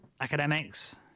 academics